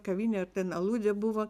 kavinė ar ten aludė buvo